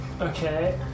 Okay